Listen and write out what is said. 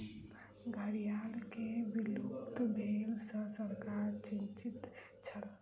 घड़ियाल के विलुप्त भेला सॅ सरकार चिंतित छल